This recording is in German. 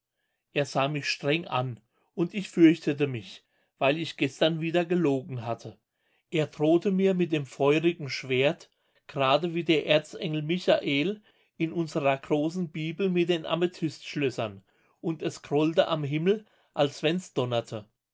er sah mich streng an und ich fürchtete mich weil ich gestern wieder gelogen hatte er drohte mir mit dem feurigen schwert grade wie der erzengel michael in unsrer großen bibel mit den amethystschlössern und es grollte am himmel als wenn's donnerte